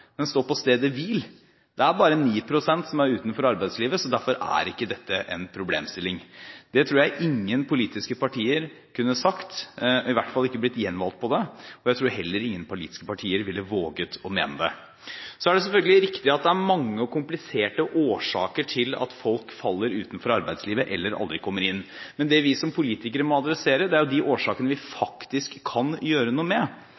den står på stedet hvil – det er bare 9 pst. som er utenfor arbeidslivet, så derfor er ikke dette en problemstilling. Det tror jeg ingen politiske partier kunne sagt – i hvert fall ikke blitt gjenvalgt på – og jeg tror heller ingen politiske partier ville våget å mene det. Så er det selvfølgelig riktig at det er mange og kompliserte årsaker til at folk faller utenfor arbeidslivet eller aldri kommer inn. Men det vi som politikere må adressere, er de årsakene vi faktisk kan gjøre noe med.